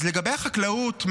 אז לגבי החקלאות,